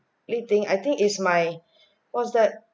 yi ting I think it's my what's that